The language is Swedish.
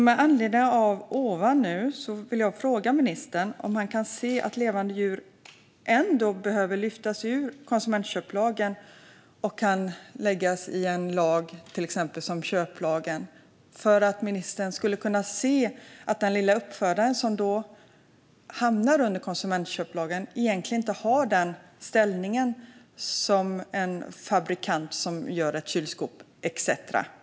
Med anledning av detta vill jag fråga ministern om han kan se att levande djur ändå behöver lyftas ur konsumentköplagen för att i stället omfattas av till exempel köplagen. Kan ministern se att den lilla uppfödare som hamnar under konsumentköplagen egentligen inte har samma ställning som till exempel en fabrikant som gör ett kylskåp?